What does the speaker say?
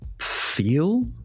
feel